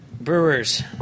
Brewers